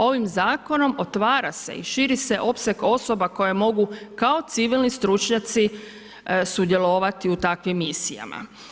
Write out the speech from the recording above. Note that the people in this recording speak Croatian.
Ovim zakonom otvara se i širi se opseg osoba koje mogu kao civilni stručnjaci sudjelovati u takvim misijama.